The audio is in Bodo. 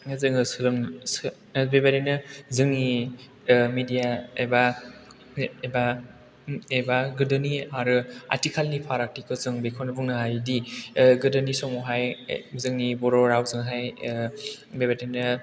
जों बेबायदिनो जोंनि मिदिया एबा गोदोनि आरो आथिखालनि फारागथिखौ जों बेखौनो बुंनो हायोदि गोदोनि समावहाय ओ जोंनि बर' रावजोंहाय ओ बेबादिनो